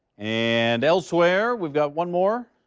and elsewhere, we've got one more.